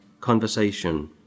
conversation